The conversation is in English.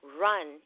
run